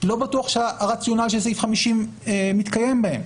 לא בטוח שהרציונל של סעיף 50 מתקיים בהן.